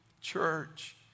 church